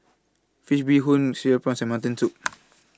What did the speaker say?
Fish Bee Hoon Cereal Prawns and Mutton Soup